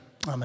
Amen